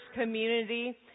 community